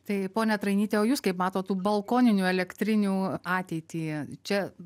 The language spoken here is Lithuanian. tai ponia trainytė o jūs kaip matot tų balkoninių elektrinių ateitį čia